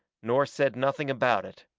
nor said nothing about it.